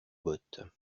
bottes